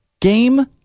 Game